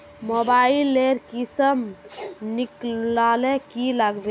Mobile लेर किसम निकलाले की लागबे?